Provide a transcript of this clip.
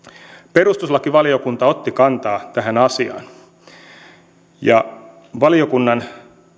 perustuslakivaliokunta otti kantaa tähän asiaan valiokunnan